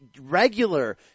regular